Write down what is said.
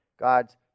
God's